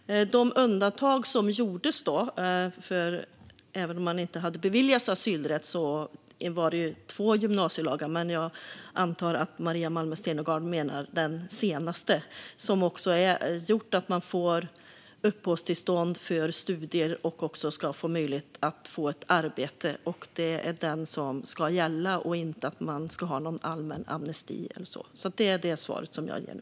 Fru talman! De undantag som gjordes för dem som inte hade beviljats asylrätt fanns i två gymnasielagar. Jag antar att Maria Malmer Stenergard menar den senaste, som gjort att man får uppehållstillstånd för studier och också ska få möjlighet att få ett arbete. Det är den som ska gälla, inte någon allmän amnesti eller så. Det är det svar jag ger nu.